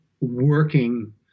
working